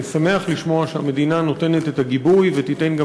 אני שמח לשמוע שהמדינה נותנת את הגיבוי ותיתן גם